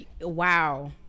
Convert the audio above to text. Wow